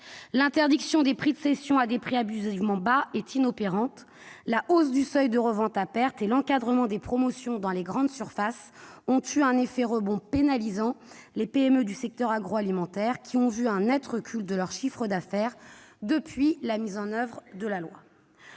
L'interdiction des prix de cession à des montants abusivement bas est inopérante. La hausse du seuil de revente à perte et l'encadrement des promotions dans les grandes surfaces ont eu un effet rebond pénalisant pour les PME du secteur agroalimentaire, qui ont vu un net recul de leur chiffre d'affaires depuis la mise en oeuvre de la loi.